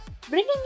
Bringing